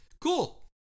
Cool